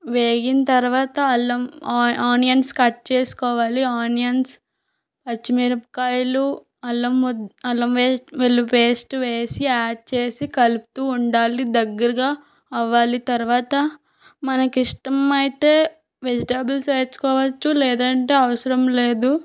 వేగిన తరువాత అల్లం ఆనియన్స్ కట్ చేసుకోవాలి ఆనియన్స్ పచ్చిమిరపకాయలు అల్లం వద్ అల్లం వే వెల్లు పేస్ట్ వేసి యాడ్ చేసి కలుపుతూ ఉండాలి దగ్గరగా అవ్వాలి తరువాత మనకి ఇష్టమైతే వెజిటేబుల్స్ వేసుకోవచ్చు లేదంటే అవసరం లేదు